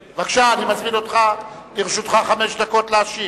בבקשה, אני מזמין אותך, לרשותך חמש דקות להשיב.